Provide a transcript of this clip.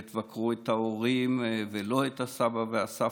ותבקרו את ההורים ולא את הסבא והסבתא.